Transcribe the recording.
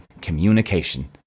communication